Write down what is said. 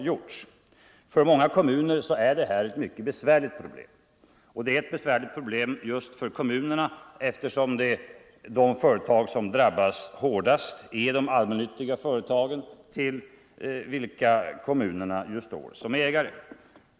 Särskilt för många kommuner är det här ett mycket besvärligt problem eftersom de företag som drabbas hårdast är de allmännyttiga bostadsföretagen till vilka kommunerna står som ägare.